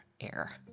air